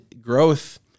growth